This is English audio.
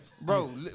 Bro